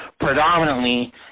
predominantly